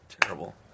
Terrible